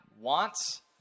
Wants